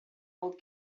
old